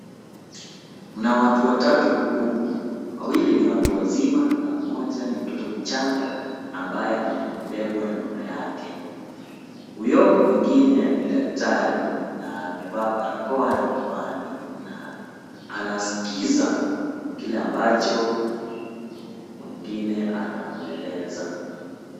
Kuna watu watatu huku, wawili ni watu wazima na mmoja ni mtoto mchanga ambaye amebebwa na mama yake. Huyo mwingine ni daktari na amevaa barakoa na miwani na anasikiza kile ambacho mwingine anamweleza.